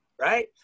Right